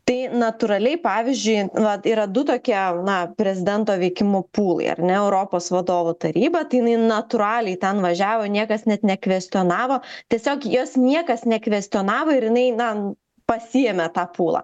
tai natūraliai pavyzdžiui nu va yra du tokie na prezidento veikimo pūlai ar ne europos vadovų taryba tai jinai natūraliai ten važiavo niekas net nekvestionavo tiesiog jos niekas nekvestionavo ir jinai na pasiėmė tą pūlą